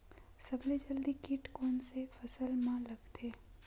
सबले जल्दी कीट कोन से फसल मा लगथे?